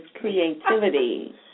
creativity